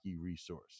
resource